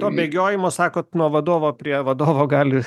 to bėgiojimo sakot nuo vadovo prie vadovo gali